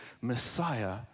Messiah